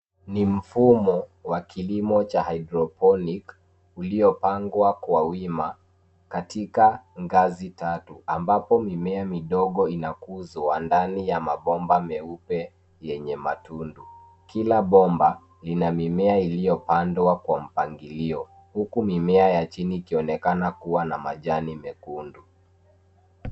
Ni mfumo wa kilimo cha[ Hydroponic ]uliyopangwa kwa wima katika ngazi tatu ambapo mimea midogo inakuzwa ndani ya mabomba meupe yenye matundu. Kila bomba ina mimea iliyopandwa kwa mpangilio huku mimea ya chini ikionekana kuwa na majani mekundu.